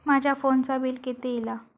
माझ्या फोनचा बिल किती इला?